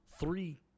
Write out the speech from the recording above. three